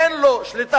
אין לו שליטה,